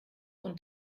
und